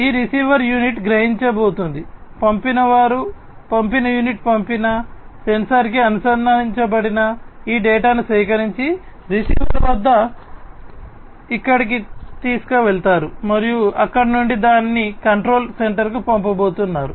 ఈ receiver unit గ్రహించబోతోంది పంపినవారు పంపిన యూనిట్ పంపిన సెన్సార్కి అనుసంధానించబడిన ఈ డేటాను సేకరించి రిసీవర్ వద్ద ఇక్కడకు తీసుకువెళతారు మరియు అక్కడ నుండి దానిని కంట్రోల్ సెంటర్కు పంపబోతున్నారు